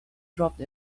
dropped